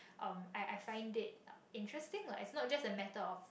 um I I find it interesting lah it's not just the matter of